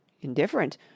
Indifferent